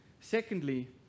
Secondly